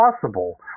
possible